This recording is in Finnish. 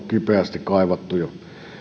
kipeästi kaivattuja